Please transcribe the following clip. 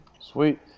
Sweet